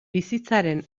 bizitzaren